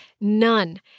None